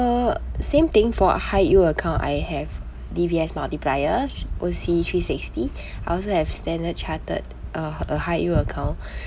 uh same thing for a high yield account I have D_B_S multiplier O_C three sixty I also have Standard Chartered uh uh high yield account